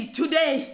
today